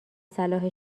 صلاح